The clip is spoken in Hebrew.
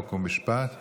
חוק ומשפט נתקבלה.